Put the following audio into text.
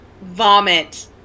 vomit